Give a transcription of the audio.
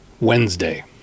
Wednesday